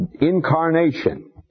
incarnation